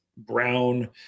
brown